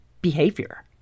behavior